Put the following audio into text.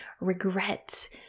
regret